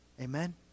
amen